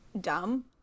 dumb